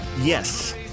Yes